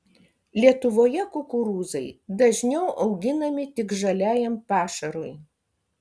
lietuvoje kukurūzai dažniau auginami tik žaliajam pašarui